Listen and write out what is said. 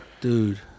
Dude